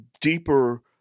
deeper